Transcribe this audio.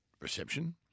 reception